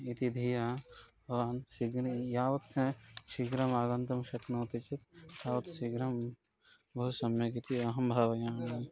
इति धिया भवान् शीघ्रं यावत् सः शीघ्रमागन्तुं शक्नोति चेत् तावत् शीघ्रं बहु सम्यक् इति अहं भावयामि